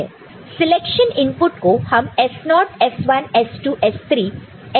selection input को हम S0 S1 S2 S3 ऐसे डेजिग्नेट करते हैं